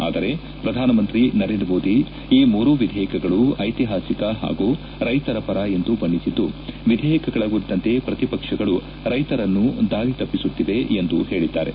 ಆದರೆ ಪ್ರಧಾನಮಂತ್ರಿ ನರೇಂದ್ರಮೋದಿ ಈ ಮೂರು ವಿಧೇಯಕಗಳು ಐತಿಹಾಸಿಕ ಹಾಗೂ ರೈತರ ಪರ ಎಂದು ಬಣ್ಣಿಸಿದ್ದು ವಿಧೇಯಕಗಳ ಕುರಿತಂತೆ ಪ್ರತಿಪಕ್ಷಗಳು ರೈತರನ್ನು ದಾರಿ ತಪ್ಪಿಸುತ್ತಿವೆ ಎಂದು ಹೇಳಿದ್ದಾರೆ